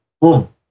boom